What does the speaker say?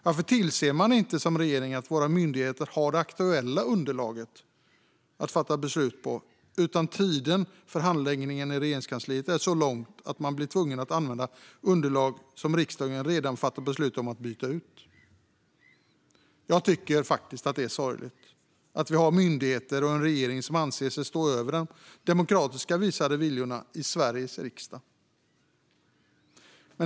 Varför tillser man inte som regering att våra myndigheter har det aktuella underlaget att fatta beslut på? I stället blir tiden för handläggning i Regeringskansliet så lång att man blir tvungen att använda underlag som riksdagen redan har fattat beslut om att byta ut. Jag tycker att det är sorgligt att vi har myndigheter och en regering som anser sig stå över den demokratiskt visade viljan i Sveriges riksdag.